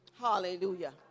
Hallelujah